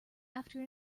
after